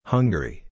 Hungary